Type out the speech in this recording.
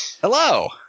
Hello